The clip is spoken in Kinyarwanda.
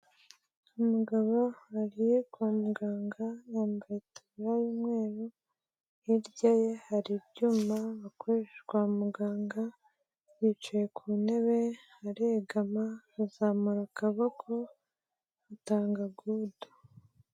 Umugabo wagiye kwa muganga yambaye itaburiya y'umweru, hirya ye hari ibyuma bakoresha kwa muganga, yicaye ku ntebe aregama azamura akaboko atanga gudu.